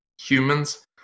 humans